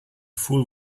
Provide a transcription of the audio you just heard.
fool